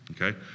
okay